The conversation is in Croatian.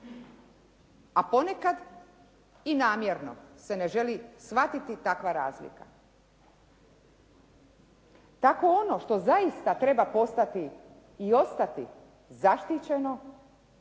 A ponekad i namjerno se ne želi shvatiti takva razlika. Tako ono što zaista treba postati i ostati zaštićeno,